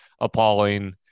appalling